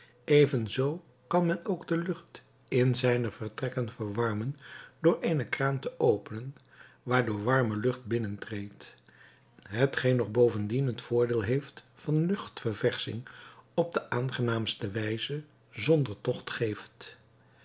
evenzoo kan men ook de lucht in zijne vertrekken verwarmen door eene kraan te openen waardoor warme lucht binnentreedt hetgeen nog bovendien het voordeel van luchtverversching op de aangenaamste wijze zonder tocht geeft